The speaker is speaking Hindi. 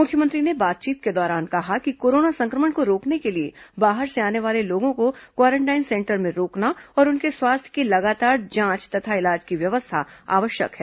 मुख्यमंत्री ने बातचीत के दौरान कहा कि कोरोना संक्रमण को रोकने के लिए बाहर से आने वाले लोगों को क्वारेंटाइन सेंटर में रोकना और उनके स्वास्थ्य की लगातार जांच तथा इलाज की व्यवस्था आवश्यक है